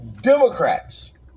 Democrats